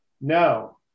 No